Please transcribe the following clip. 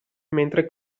mentre